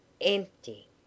Empty